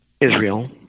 Israel